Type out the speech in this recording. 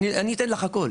אתן לך הכול,